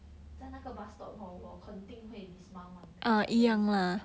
在那个 bus stop hor 我肯定会 dismount [one] because I very scared